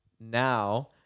now